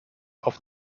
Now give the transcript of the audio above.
auf